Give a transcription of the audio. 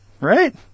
Right